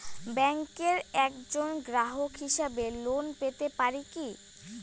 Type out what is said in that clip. ব্যাংকের একজন গ্রাহক হিসাবে লোন পেতে পারি কি?